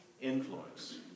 influence